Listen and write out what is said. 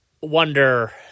wonder